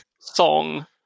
song